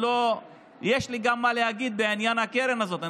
יש לי גם מה להגיד בעניין הקרן הזאת.